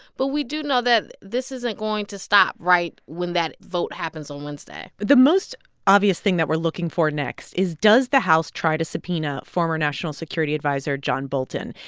but we do know that this isn't going to stop right when that vote happens on wednesday but the most obvious thing that we're looking for next is does the house try to subpoena former national security adviser john bolton?